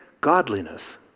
godliness